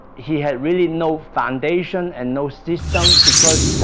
he had really no foundation and no system because